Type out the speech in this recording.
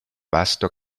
vasto